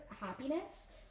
happiness